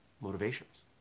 Motivations